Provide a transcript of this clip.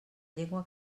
llengua